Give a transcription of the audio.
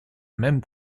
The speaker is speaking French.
même